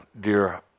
dear